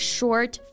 Short